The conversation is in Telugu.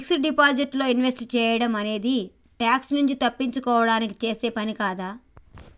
ఫిక్స్డ్ డిపాజిట్ లో ఇన్వెస్ట్ సేయడం అనేది ట్యాక్స్ నుంచి తప్పించుకోడానికి చేసే పనే కదా